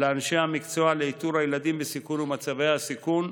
לאנשי המקצוע לאיתור הילדים בסיכון ומצבי הסיכון,